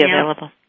available